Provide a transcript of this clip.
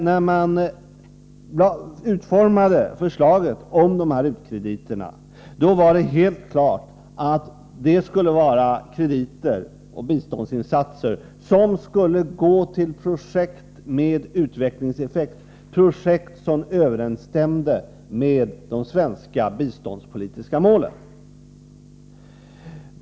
När man utformade förslaget om u-krediterna var det helt klart att det var fråga om krediter och biståndsinsatser som skulle gå till projekt med utvecklingseffekt, projekt som överensstämde med de svenska biståndspolitiska målen.